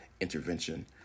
intervention